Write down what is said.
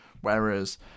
Whereas